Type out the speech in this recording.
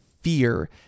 fear